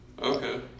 Okay